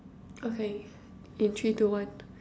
okay in three two one